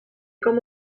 com